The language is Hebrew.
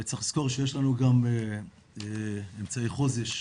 צריך לזכור שיש לנו גם אמצעי חוז"ש,